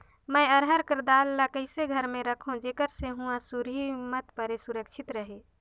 मैं अरहर कर दाल ला कइसे घर मे रखों जेकर से हुंआ सुरही मत परे सुरक्षित रहे?